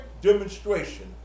demonstration